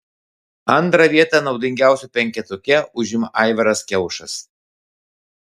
antrą vietą naudingiausių penketuke užima aivaras kiaušas